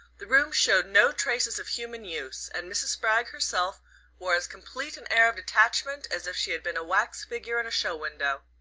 the room showed no traces of human use, and mrs. spragg herself wore as complete an air of detachment as if she had been a wax figure in a show-window.